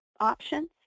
options